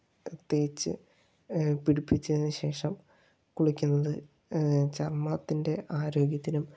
തേച്ച് പിടിപ്പിച്ചതിന് ശേഷം കുളിക്കുന്നത് ചർമ്മത്തിൻ്റെ ആരോഗ്യത്തിനും